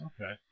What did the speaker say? Okay